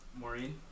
maureen